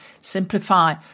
Simplify